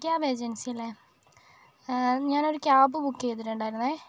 cab ഏജൻസിയല്ലേ ഞാനൊരു cab book ചെയ്തിട്ടുണ്ടായിരുന്നേ